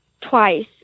twice